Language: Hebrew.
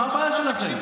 מה הבעיה שלכם?